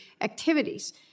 activities